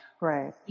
Right